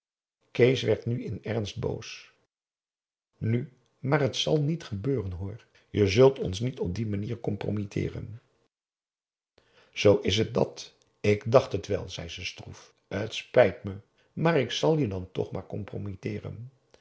kees werd in ernst boos nu maar het zal niet gebeuren hoor je zult ons niet op die manier compromitteeren zoo is het dat ik dacht het wel zei ze stroef t spijt p a daum hoe hij raad van indië werd onder ps maurits me maar ik zal je dan toch maar